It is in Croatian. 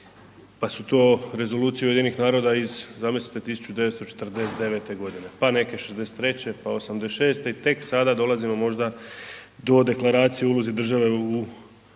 pa su to Rezolucije UN-a iz zamislite 1949. godine, pa neke '63., pa '86. i tek sada dolazimo možda do deklaracije o ulozi države u